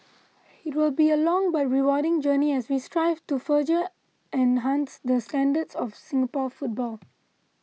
it will be a long but rewarding journey as we strive to further enhance the standards of Singapore football